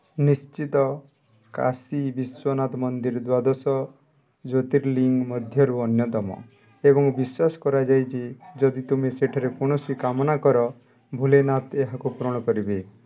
ନିଶ୍ଚିତ କାଶୀ ବିଶ୍ୱନାଥ ମନ୍ଦିର ଦ୍ୱାଦଶ ଜ୍ୟୋତିର୍ଲିଙ୍ଗ ମଧ୍ୟରୁ ଅନ୍ୟତମ ଏବଂ ବିଶ୍ୱାସ କରାଯାଏ ଯେ ଯଦି ତୁମେ ସେଠାରେ କୌଣସି କାମନା କର ଭୋଲେନାଥ ଏହାକୁ ପୂରଣ କରିବେ